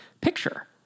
picture